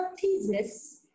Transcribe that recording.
thesis